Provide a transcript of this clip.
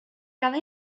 cada